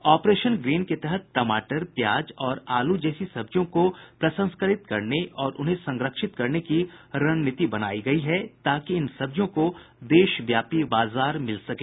operation green के तहत टमाटर प्याज और आलू जैसी सब्जियों को प्रसंस्करित करने और उन्हें संरक्षित करने की रणनीति बनायी गयी है ताकि इन सब्जियों को देशव्यापी बाजार मिल सके